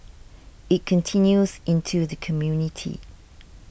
it continues into the community